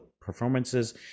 performances